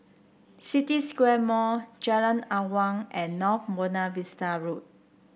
City Square Mall Jalan Awan and North Buona Vista Road